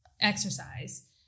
exercise